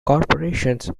corporations